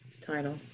Title